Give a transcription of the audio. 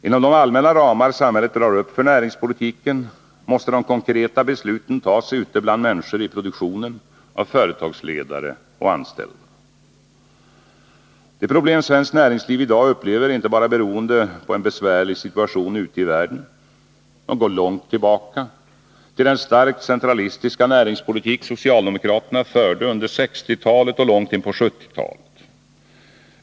Inom de allmänna ramar samhället drar upp för näringspolitiken måste de konkreta besluten fattas ute bland människor i produktionen, av företagsledare och av anställda. De problem svenskt näringsliv i dag upplever beror inte bara på en besvärlig situation ute i världen. De går långt tillbaka, till den starkt centralistiska näringspolitik som socialdemokraterna förde under 1960-talet och långt in på 1970-talet.